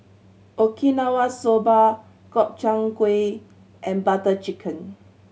Okinawa Soba Gobchang Gui and Butter Chicken